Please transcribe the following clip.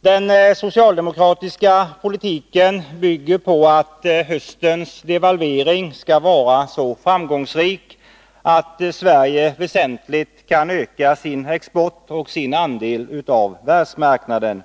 Den socialdemokratiska politiken bygger på att höstens devalvering skall vara så framgångsrik att Sverige väsentligt kan öka sin export och sin andel av världsmarknaden.